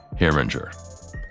Herringer